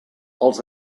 els